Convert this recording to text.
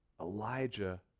Elijah